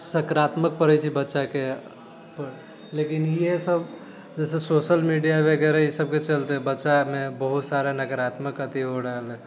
सकारत्मक पड़ै छै जे बच्चाके उपर लेकिन इहे सब जैसे सोशल मीडिया वगैरह ई सबके चलते बच्चामे बहुत सारा नकारात्मक अथी हो रहल है